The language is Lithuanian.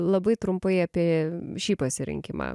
labai trumpai apie šį pasirinkimą